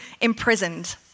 imprisoned